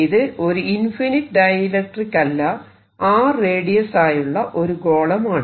ഇത് ഒരു infinite dielectric അല്ല R റേഡിയസ് ആയുള്ള ഒരു ഗോളമാണ്